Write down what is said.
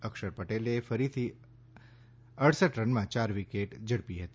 અક્ષર પટેલે ફરીથી અડસઠ રનમાં ચાર વિકેટ ઝડપી હતી